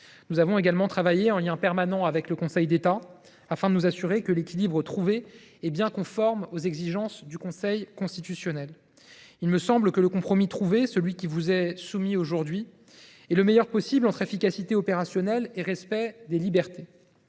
Nous avons également œuvré en lien permanent avec le Conseil d’État, afin de nous assurer que l’équilibre trouvé est bien conforme aux exigences du Conseil constitutionnel. Il me semble que le compromis trouvé, celui qui vous est soumis aujourd’hui, est le meilleur possible entre efficacité opérationnelle et respect des libertés.